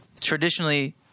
traditionally